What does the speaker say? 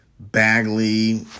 Bagley